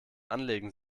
anlegen